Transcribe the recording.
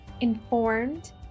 informed